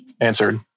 answered